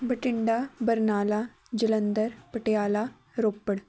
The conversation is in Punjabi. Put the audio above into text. ਬਠਿੰਡਾ ਬਰਨਾਲਾ ਜਲੰਧਰ ਪਟਿਆਲਾ ਰੋਪੜ